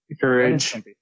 Courage